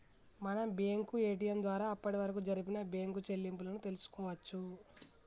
మనం bank ATM ద్వారా అప్పటివరకు జరిపిన బ్యేంకు చెల్లింపులను తెల్సుకోవచ్చు